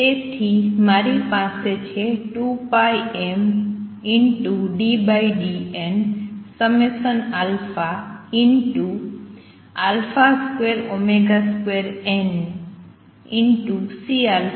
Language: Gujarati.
તેથી મારી પાસે છે 2πmddn22CC αh